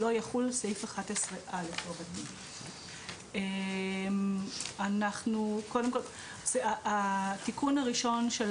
לא יחול סעיף 11א". התיקון הראשון של